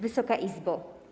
Wysoka Izbo!